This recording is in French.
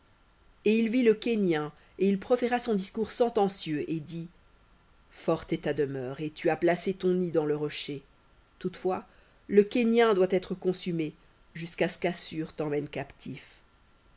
et il vit le kénien et il proféra son discours sentencieux et dit forte est ta demeure et tu as placé ton nid dans le rocher toutefois le kénien doit être consumé jusqu'à ce qu'assur t'emmène captif